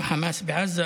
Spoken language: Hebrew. החמאס בעזה,